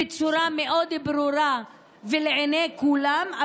בצורה מאוד ברורה ולעיני כולם.